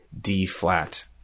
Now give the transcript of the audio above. D-flat